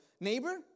neighbor